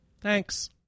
Thanks